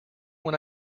when